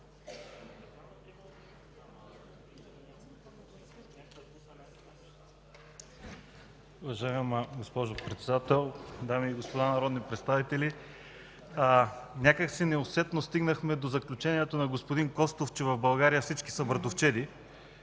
Уважаема госпожо Председател, дами и господа народни представители! Някак си неусетно стигнахме до заключението на господин Костов, че в България всички са братовчеди.